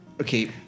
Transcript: okay